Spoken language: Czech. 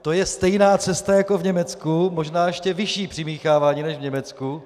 To je stejná cesta jako v Německu, možná ještě vyšší přimíchávání než v Německu.